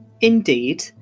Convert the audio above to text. Indeed